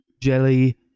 jelly